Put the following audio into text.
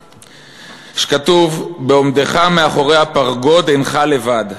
מודעה שכתוב בה: "בעומדך מאחורי הפרגוד אינך לבד.